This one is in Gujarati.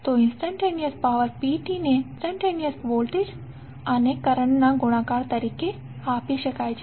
તો ઇંસ્ટંટેનીઅસ પાવર p ને ઇંસ્ટંટેનીઅસ વોલ્ટેજ અને કરંટના ગુણાકાર તરીકે આપી શકાય છે